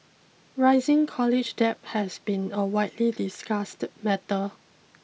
rising college debt has been a widely discussed matter